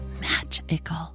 magical